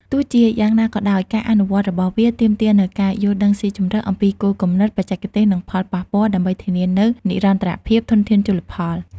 ទោះជាយ៉ាងណាក៏ដោយ ការអនុវត្តរបស់វាទាមទារនូវការយល់ដឹងស៊ីជម្រៅអំពីគោលគំនិត បច្ចេកទេស និងផលប៉ះពាល់ ដើម្បីធានានូវនិរន្តរភាពធនធានជលផល។